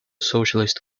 socialist